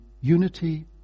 unity